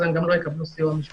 אז הם גם לא יקבלו סיוע משפטי.